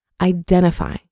Identify